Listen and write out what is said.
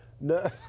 No